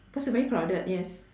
because very crowded yes